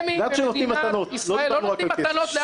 לא נותנים מתנות לאף אחד.